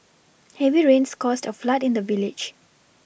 heavy rains caused a flood in the village